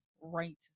Right